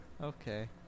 Okay